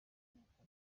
imyaka